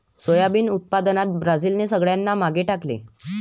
soybean उत्पादनात ब्राझीलने सगळ्यांना मागे टाकले